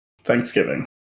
Thanksgiving